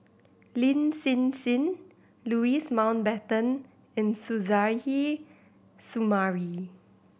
Lin Hsin Hsin Louis Mountbatten and Suzairhe Sumari